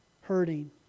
hurting